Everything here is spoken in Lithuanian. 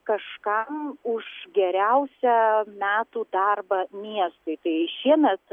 kažkam už geriausią metų darbą miestui tai šiemet